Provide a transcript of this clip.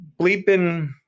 bleeping